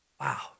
Wow